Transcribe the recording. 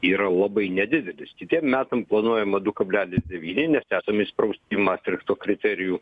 yra labai nedidelis kitiem metam planuojama du kablelis devyni nes esam įsprausti į mastrichto kriterijų